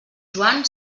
joan